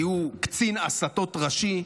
כי הוא קצין הסתות ראשי.